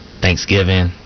Thanksgiving